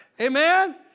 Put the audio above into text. Amen